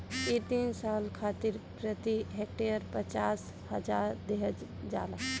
इ तीन साल खातिर प्रति हेक्टेयर पचास हजार देहल जाला